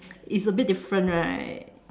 it's a bit different right